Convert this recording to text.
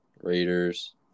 Raiders